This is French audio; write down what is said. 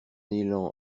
élan